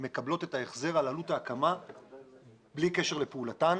הן מקבלות את ההחזר על עלות ההקמה בלי קשר לפעולתן